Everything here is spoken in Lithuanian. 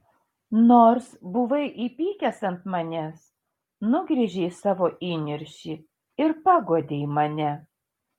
nors buvai įpykęs ant manęs nugręžei savo įniršį ir paguodei mane